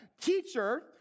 Teacher